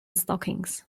stockings